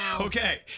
Okay